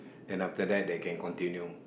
then after that they can continue